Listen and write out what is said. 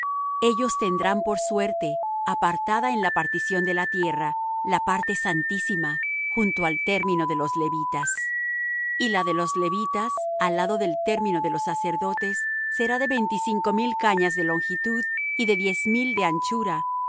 ellos tendrán por suerte apartada en la partición de la tierra la parte santísima junto al término de los levitas y la de los levitas al lado del término de los sacerdotes será de veinticinco mil cañas de longitud y de diez mil de anchura toda